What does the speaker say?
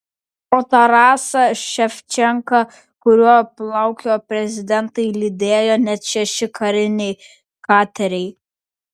o tarasą ševčenką kuriuo plaukiojo prezidentai lydėjo net šeši kariniai kateriai